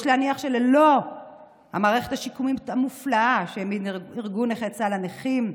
יש להניח שללא המערכת השיקומיים המופלאה שהעמיד ארגון נכי צה"ל לנכים,